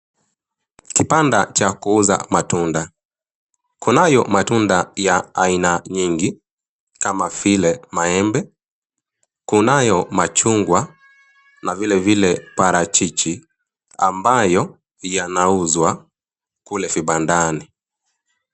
Kibanda cha kuuza matunda. Kunayo matunda ya aina nyingi kama vile maembe, kunayo machungwa na vile vile parachichi ambayo yanauzwa kule vibandani.